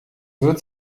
wird